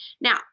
Now